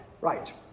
right